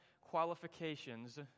qualifications